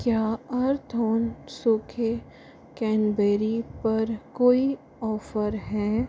क्या अर्थऑन सूखे कैनबेरी पर कोई ऑफ़र हैं